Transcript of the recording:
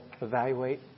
evaluate